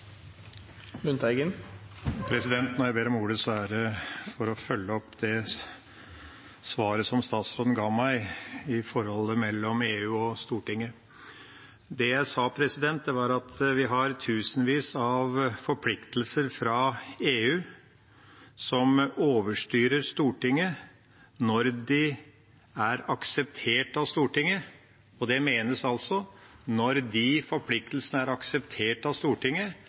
det for å følge opp det svaret som statsråden ga meg om forholdet mellom EU og Stortinget. Det jeg sa, var at vi har tusenvis av forpliktelser fra EU som overstyrer Stortinget når de er akseptert av Stortinget. Med det menes at når de forpliktelsene er akseptert av Stortinget,